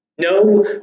No